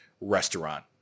restaurant